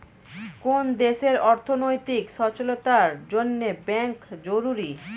কোন দেশের অর্থনৈতিক সচলতার জন্যে ব্যাঙ্ক জরুরি